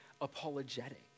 apologetic